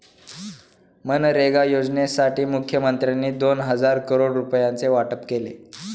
मनरेगा योजनेसाठी मुखमंत्र्यांनी दोन हजार करोड रुपयांचे वाटप केले